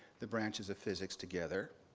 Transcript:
the branches of physics together,